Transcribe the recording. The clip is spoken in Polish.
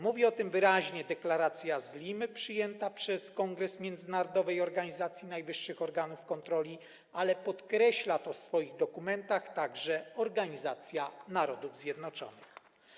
Mówi o tym wyraźnie deklaracja z Limy przyjęta przez Kongres Międzynarodowej Organizacji Najwyższych Organów Kontroli, ale podkreśla to w swoich dokumentach także Organizacja Narodów Zjednoczonych.